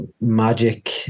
magic